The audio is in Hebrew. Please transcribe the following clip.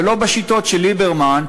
ולא בשיטות של ליברמן,